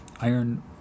Iron